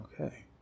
okay